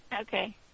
Okay